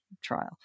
trial